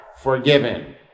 forgiven